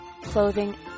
clothing